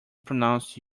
pronounce